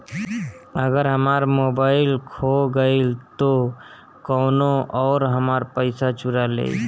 अगर हमार मोबइल खो गईल तो कौनो और हमार पइसा चुरा लेइ?